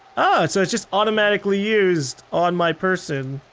ah, so it's just automatically used on my person.